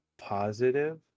positive